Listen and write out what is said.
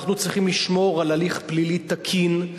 אנחנו צריכים לשמור על הליך פלילי תקין,